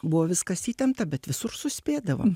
buvo viskas įtempta bet visur suspėdavo